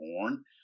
born